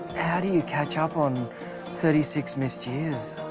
how do you catch up on thirty six missed years?